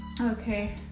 Okay